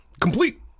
Complete